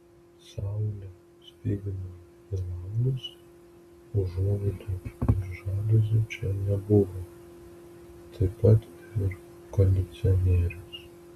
saulė spigino į langus užuolaidų ir žaliuzių čia nebuvo taip pat ir kondicionieriaus